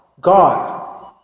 God